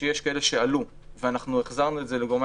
שיש כאלה שעלו ואנחנו החזרנו את זה לגורמי